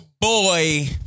boy